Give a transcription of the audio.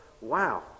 wow